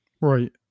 Right